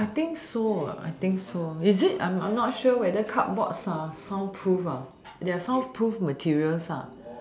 I think so I think so is it I'm I'm not sure whether card boards are sound proof ah they're sound proof materials